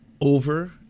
over